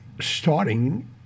starting